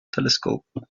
telescope